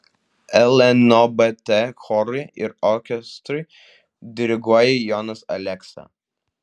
lnobt chorui ir orkestrui diriguoja jonas aleksa